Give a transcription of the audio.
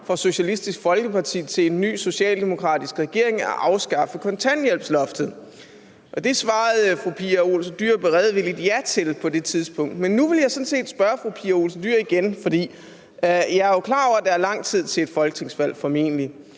fra Socialistisk Folkeparti til en ny socialdemokratisk regering at afskaffe kontanthjælpsloftet. Det svarede fru Pia Olsen Dyhr på det tidspunkt beredvilligt ja til, men nu vil jeg sådan set spørge fru Pia Olsen Dyhr igen. Jeg er klar over, at der formentlig er lang tid til et folketingsvalg, men